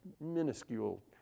minuscule